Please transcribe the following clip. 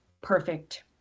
perfect